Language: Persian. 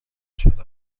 شده